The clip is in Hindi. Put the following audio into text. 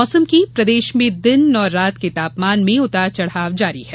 मौसम प्रदेश में दिन और रात के तापमान में उतार चढ़ाव जारी है